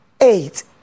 eight